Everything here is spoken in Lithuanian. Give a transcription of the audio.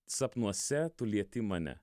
sapnuose tu lieti mane